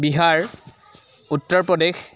Bihar Uttar Pradesh